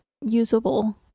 usable